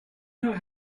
not